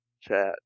chat